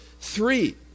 three